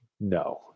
No